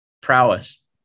prowess